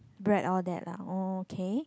bread all that ah oh okay